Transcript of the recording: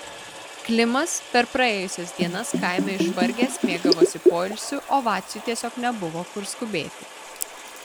klimas per praėjusias dienas kaime išvargęs mėgavosi poilsiu o vaciui tiesiog nebuvo kur skubėti